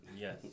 Yes